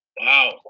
Wow